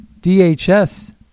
DHS